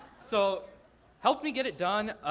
so help me get it done,